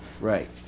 Right